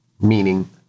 Meaning